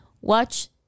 watch